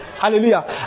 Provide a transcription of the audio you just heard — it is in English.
Hallelujah